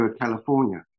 California